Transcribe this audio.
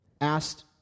asked